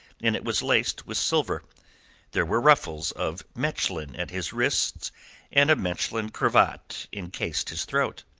and it was laced with silver there were ruffles of mechlin at his wrists and a mechlin cravat encased his throat.